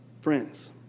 friends